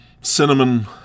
cinnamon